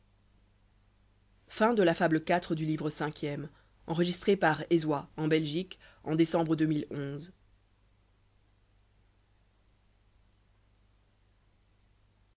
la fable de